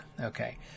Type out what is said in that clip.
Okay